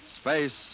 space